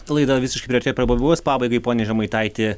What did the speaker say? laida visiškai priartėjo prie pabaigos pabaigai pone žemaitaiti